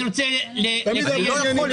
אני רוצה --- ינון,